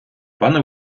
пане